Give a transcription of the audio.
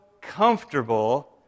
comfortable